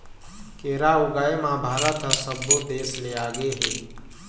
केरा ऊगाए म भारत ह सब्बो देस ले आगे हे